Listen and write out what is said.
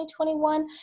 2021